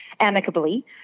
amicably